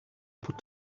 put